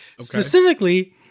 Specifically